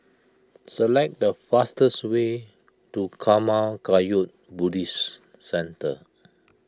select the fastest way to Karma Kagyud Buddhist Centre